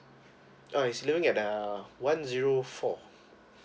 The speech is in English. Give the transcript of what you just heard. oh he's living at the one zero four